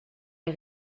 les